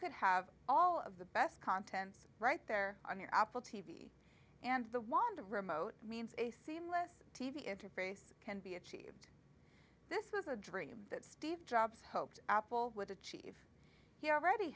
could have all of the best contents right there on your apple t v and the want a remote means a seamless t v interface can be achieved this was a dream that steve jobs hoped apple would achieve he already